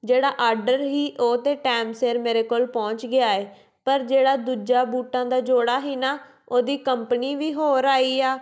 ਜਿਹੜਾ ਆਰਡਰ ਸੀ ਉਹ ਤਾਂ ਟਾਈਮ ਸਿਰ ਮੇਰੇ ਕੋਲ ਪਹੁੰਚ ਗਿਆ ਹੈ ਪਰ ਜਿਹੜਾ ਦੂਜਾ ਬੂਟਾ ਦਾ ਜੋੜਾ ਸੀ ਨਾ ਉਹਦੀ ਕੰਪਨੀ ਵੀ ਹੋਰ ਆਈ ਆ